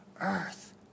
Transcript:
earth